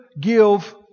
Give